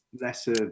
lesser